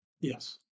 Yes